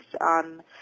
on